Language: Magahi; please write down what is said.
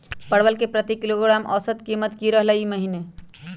परवल के प्रति किलोग्राम औसत कीमत की रहलई र ई महीने?